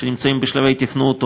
שנמצאים בשלבי תכנון,